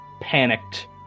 panicked